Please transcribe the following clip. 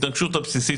ההתנגשות הבסיסית,